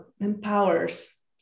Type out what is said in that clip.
empowers